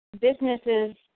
businesses